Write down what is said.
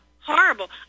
horrible